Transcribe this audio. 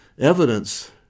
evidence